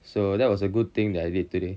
so that was a good thing that I did today